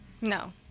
No